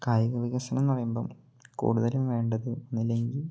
കായിക വികസനം എന്ന് പറയുമ്പം കൂടുതലും വേണ്ടത് ഒന്നില്ലെങ്കിൽ